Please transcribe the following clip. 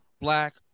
black